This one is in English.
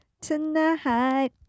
Tonight